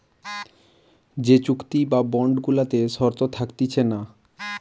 যে চুক্তি বা বন্ড গুলাতে শর্ত থাকতিছে না